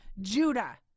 Judah